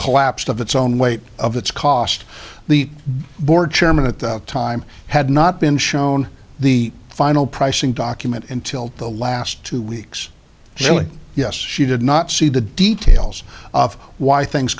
collapsed of its own weight of its cost the board chairman at the time had not been shown the final pricing document until the last two weeks julie yes she did not see the details of why things